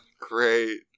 Great